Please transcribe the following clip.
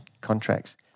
contracts